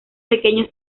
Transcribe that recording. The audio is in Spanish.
pequeños